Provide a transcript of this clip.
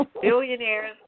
billionaires